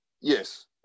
yes